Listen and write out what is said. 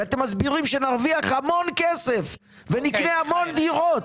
ואתם מסבירים שנרוויח המון כסף ונקנה המון דירות,